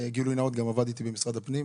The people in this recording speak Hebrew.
גילוי נאות, גם עבדתי במשרד הפנים.